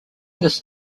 this